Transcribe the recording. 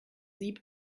sieb